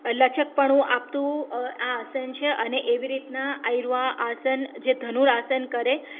લચકપણું આપતું આ આસન છે અને એવી રીતના આ રહ્યું આ આસન જે ધનુર આસન કરે